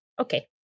okay